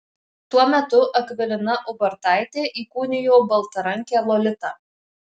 tuo metu akvilina ubartaitė įkūnijo baltarankę lolitą